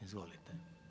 Izvolite.